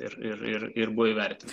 ir ir ir ir buvo įvertintas